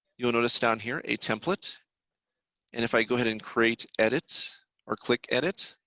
you will notice down here a template and if i go ahead and create edit or click edit,